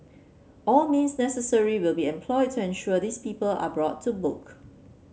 all means necessary will be employed to ensure these people are brought to book